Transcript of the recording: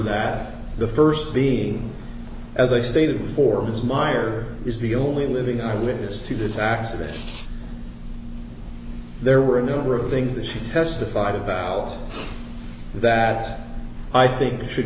that the st being as i stated before ms miers is the only living our witness to this accident there were a number of things that she testified about that i think should